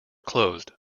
closed